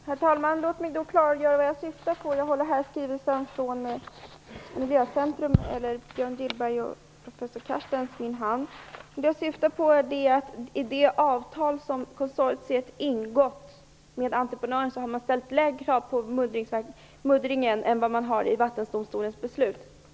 Herr talman! Låt mig klargöra vad jag syftar på. Jag har i min hand skrivelsen från Björn Gillberg och professor Carstens. Vad jag syftar på är att man i det avtal som konsortiet ingått med entreprenören har ställt lägre krav på muddringen än vad som har skett i Vattendomstolens beslut.